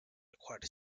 acquired